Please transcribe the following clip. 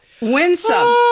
winsome